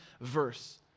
verse